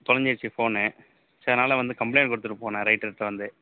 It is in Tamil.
தொலைஞ்சிடுச்சி ஃபோன் ஸோ அதனால் வந்து கம்ப்ளைன்ட் கொடுத்துட்டு போனேன் ரைட்டர்கிட்ட வந்து